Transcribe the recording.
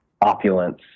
opulence